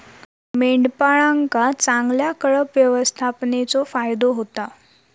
मेंढपाळांका चांगल्या कळप व्यवस्थापनेचो फायदो होता